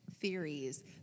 theories